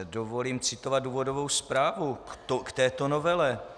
Dovolím si citovat důvodovou zprávu k této novele.